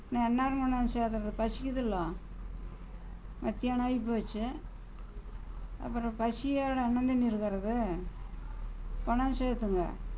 இன்னும் எந்நேரம் கொண்டாந்து சேர்த்துறது பசிக்குதுல்லோ மத்தியானம் ஆகி போச்சு அப்புறம் பசியோடு அன்னந்தண்ணி இருக்கிறது கொண்டாந்து சேர்த்துங்க